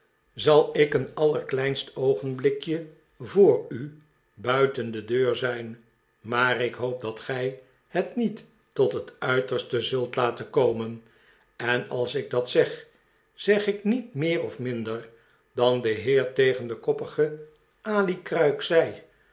zal ik een allerkleinst oogenblikje voor u buiten de deur zijn maar ik hoop dat gij het niet tot het uiterste zult laten komen en als ik dat zeg zeg ik niet meer of minder dan de heer tegen den koppigen alikruik zei